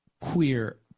queer